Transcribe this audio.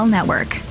Network